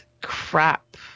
crap